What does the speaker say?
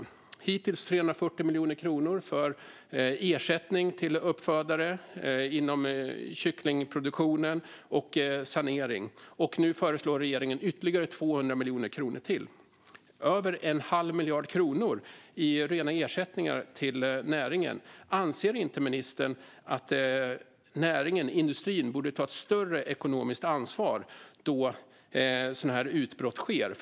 Det är hittills 340 miljoner kronor för ersättning till uppfödare inom kycklingproduktionen och sanering. Och nu föreslår regeringen ytterligare 200 miljoner kronor. Det är över en halv miljard kronor i rena ersättningar till näringen. Anser inte ministern att näringen, industrin, borde ta ett större ekonomiskt ansvar då sådana här utbrott sker?